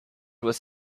was